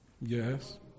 Yes